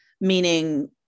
meaning